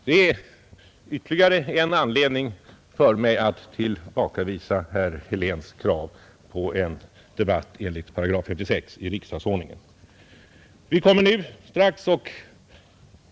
Det är ytterligare en anledning för mig att tillbakavisa herr Heléns krav på en debatt enligt § 56 i riksdagsordningen.